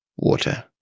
Water